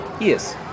Yes